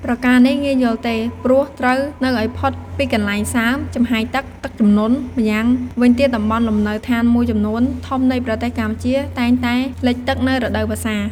ប្រការនេះងាយយល់ទេ ព្រោះត្រូវនៅឱ្យ ផុតពីកន្លែងសើម, ចំហាយដី, ទឹកជំនន់ ម៉្យាងវិញទៀតតំបន់លំនៅដ្ឋានមួយចំនួនធំនៃប្រទេសកម្ពុជា តែងតែទឹកលិចនៅរដូវវស្សា។